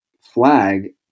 flag